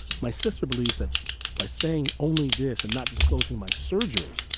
my sister believes that by saying only this and not disclosing my surgery,